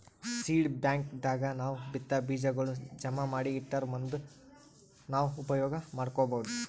seed bank ದಾಗ್ ನಾವ್ ಬಿತ್ತಾ ಬೀಜಾಗೋಳ್ ಜಮಾ ಮಾಡಿ ಇಟ್ಟರ್ ಮುಂದ್ ನಾವ್ ಉಪಯೋಗ್ ಮಾಡ್ಕೊಬಹುದ್